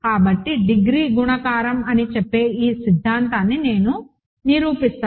కాబట్టి డిగ్రీ గుణకారం అని చెప్పే ఈ సిద్ధాంతాన్ని నేను నిరూపిస్తాను